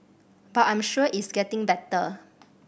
but I'm sure it's getting better